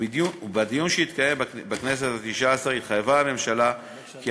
ובדיון שהתקיים בכנסת התשע-עשרה התחייבה הממשלה כי